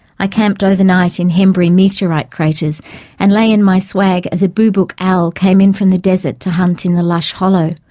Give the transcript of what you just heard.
i camped overnight in henbury meteorite craters and lay in my swag as a boobook owl came in from the desert to hunt in the lush hollow.